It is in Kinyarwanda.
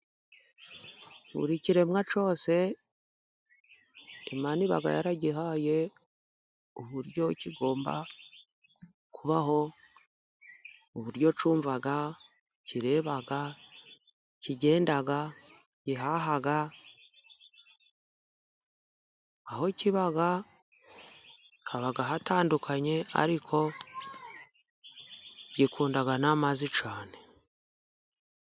Buri kiremwa cyose Imana iba yaragihaye uburyo kigomba kubaho, uburyo cyumva, kireba, kigenda, gihaha ,aho kiba haba hatandukanye ariko gikunda n'amazi cyane.